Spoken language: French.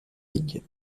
league